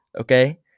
Okay